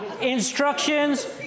instructions